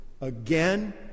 again